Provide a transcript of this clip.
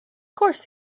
course